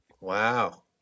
Wow